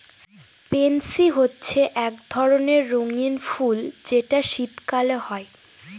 pansy হচ্ছে এক ধরণের রঙ্গীন ফুল যেটা শীতকালে হয়